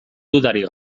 dudarik